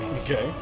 Okay